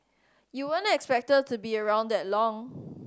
you weren't expected to be around that long